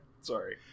sorry